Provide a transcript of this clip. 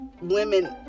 women